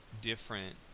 different